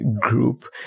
group